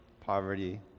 poverty